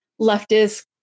leftist